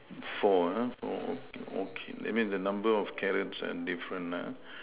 four uh four okay so that means the number of carrots uh different ah